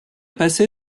passé